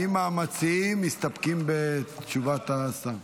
האם המציעים מסתפקים בתשובת השר?